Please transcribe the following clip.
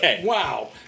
wow